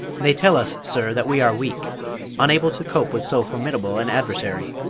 they tell us, sir, that we are weak unable to cope with so formidable an adversary!